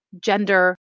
gender